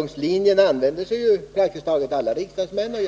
och det använder sig praktiskt taget alla riksdagsmän av.